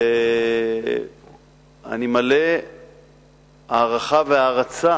אני מלא הערכה והערצה